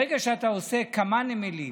ברגע שאתה עושה כמה נמלים,